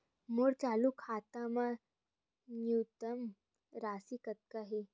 मोर चालू खाता मा न्यूनतम राशि कतना हे?